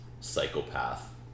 psychopath